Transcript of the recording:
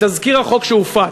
את תזכיר החוק שהופץ,